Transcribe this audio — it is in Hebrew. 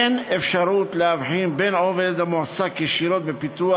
אין אפשרות להבחין בין עובד המועסק ישירות בפיתוח